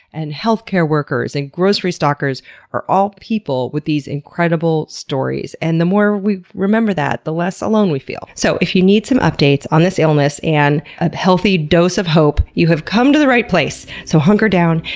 and healthcare workers, and grocery stockers are all people with these incredible stories. and the more we remember that, the less alone we feel. so if you need some updates on this illness, and a healthy dose of hope, you have come to the right place. so hunker down,